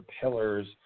pillars